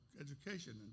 education